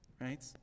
Right